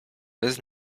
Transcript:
bez